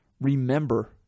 remember